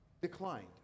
declined